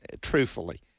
truthfully